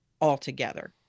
altogether